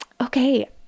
okay